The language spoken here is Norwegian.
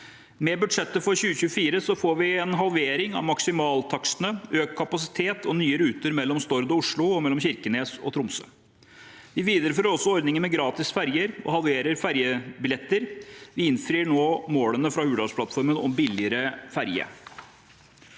Med budsjettet for 2024 får vi en halvering av maksimaltakstene, økt kapasitet og nye ruter mellom Stord og Oslo og mellom Kirkenes og Tromsø. Vi viderefører også ordningen med gratis ferjer og halverer ferjetakstene. Vi innfrir nå målene fra Hurdalsplattformen om billigere ferje.